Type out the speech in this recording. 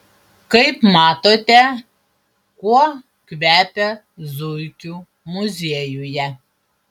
kaip manote kuo kvepia zuikių muziejuje